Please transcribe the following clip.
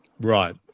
right